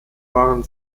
waren